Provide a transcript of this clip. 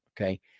Okay